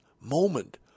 moment